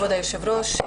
כבוד היושב-ראש,